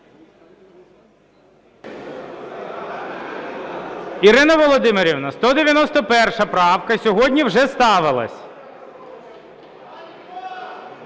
Ірина Володимирівна, 191 правка сьогодні вже ставилась.